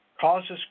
causes